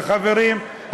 וחברים,